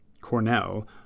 Cornell